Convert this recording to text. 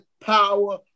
power